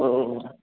ओ ओ